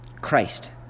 Christ